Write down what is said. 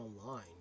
online